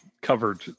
covered